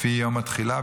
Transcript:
לפי יום התחילה,